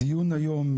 הדיון היום,